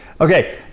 Okay